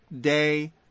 day